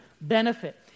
benefit